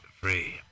free